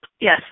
yes